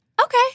Okay